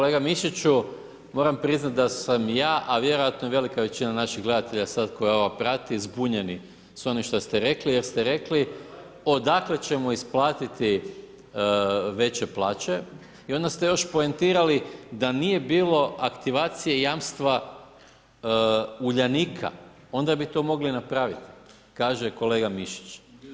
Kolega Mišiću, moram priznati da sam ja a vjerojatno i velika većina naših gledatelja sad koja ovo prati, zbunjeni s onim što ste rekli jer ste rekli odakle ćemo isplatiti veće plaće i onda ste još poentirali da nije bilo aktivacije jamstva Uljanika, onda bi to mogli napraviti, kaže kolega Mišić.